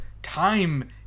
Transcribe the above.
time